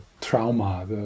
trauma